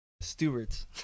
stewards